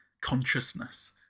consciousness